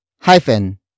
hyphen